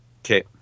Okay